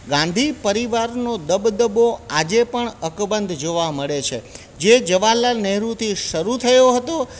ગાંધી પરિવારનો દબદબો આજે પણ અકબંધ જોવા મળે છે જે જવાહર લાલ નહેરુથી શરૂ થયો હતો